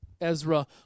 Ezra